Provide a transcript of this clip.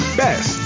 best